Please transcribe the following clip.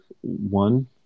one